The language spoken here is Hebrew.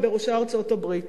ובראשם ארצות-הברית.